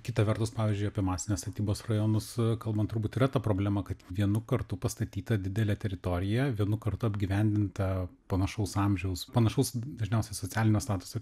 kita vertus pavyzdžiui apie masinės statybos rajonus kalbant turbūt yra ta problema kad vienu kartu pastatyta didelė teritorija vienu kartu apgyvendinta panašaus amžiaus panašaus dažniausiai socialinio statuso